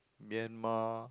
Myanmar